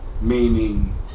Meaning